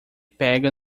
pega